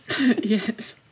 Yes